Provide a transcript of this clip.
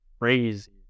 crazy